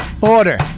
Order